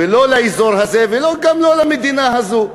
ולא לאזור הזה וגם לא למדינה הזו.